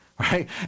Right